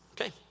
Okay